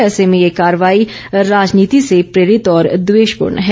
ऐसे में ये कार्रवाई राजनीति से प्रेरित और द्वेषपूर्ण है